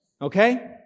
Okay